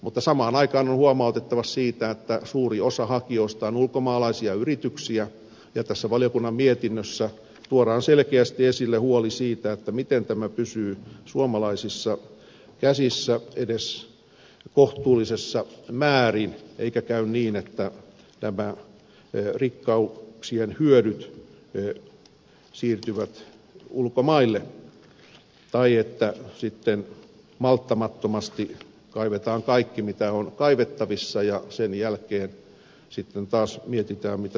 mutta samaan aikaan on huomautettava siitä että suuri osa hakijoista on ulkomaalaisia yrityksiä ja tässä valiokunnan mietinnössä tuodaan selkeästi esille huoli siitä miten kaivosteollisuus pysyy suomalaisissa käsissä edes kohtuullisessa määrin eikä käy niin että rikkauksien hyödyt siirtyvät ulkomaille tai että malttamattomasti kaivetaan kaikki mitä on kaivettavissa ja sen jälkeen sitten taas mietitään mitä seuraavaksi tehdään